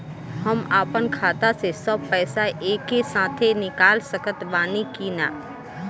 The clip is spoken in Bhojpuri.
हम आपन खाता से सब पैसा एके साथे निकाल सकत बानी की ना?